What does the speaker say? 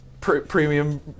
premium